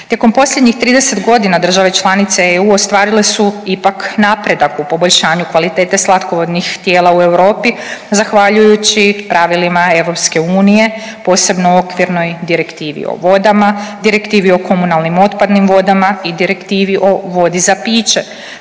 Tijekom posljednjih 30.g. države članice EU ostvarile su ipak napredak u poboljšanju kvalitete slatkovodnih tijela u Europi zahvaljujući pravilima EU, posebno u okvirnoj Direktivi o vodama, Direktivi o komunalnim otpadnim vodama i Direktivi o vodi za piće.